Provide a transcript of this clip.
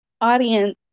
audience